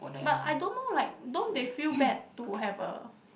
but I don't know like don't they feel bad to have a